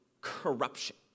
corruption